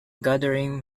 gathering